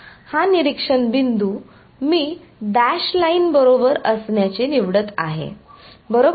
हा निरीक्षण बिंदू मी डॅश लाईन बरोबर असण्याचे निवडत आहे बरोबर